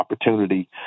opportunity